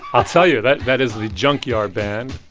i'll tell you. that that is the junk yard band.